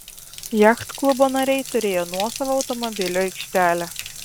jachtklubo nariai turėjo nuosavą automobilių aikštelę